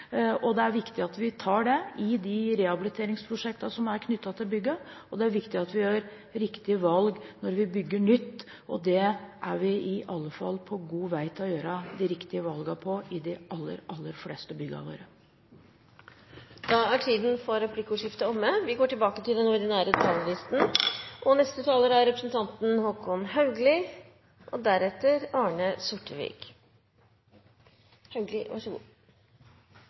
Det er viktig at vi tar dette i rehabiliteringsprosjektene knyttet til byggene, og det er viktig at vi gjør riktige valg når vi bygger nytt, og vi er i alle fall på vei til å gjøre de riktige valgene når det gjelder de aller, aller fleste av byggene våre. Replikkordskiftet er